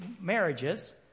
marriages